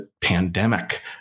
pandemic